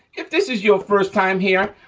if this is your first time here,